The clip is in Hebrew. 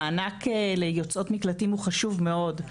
המענק ליוצאות מקלטים הוא חשוב מאוד.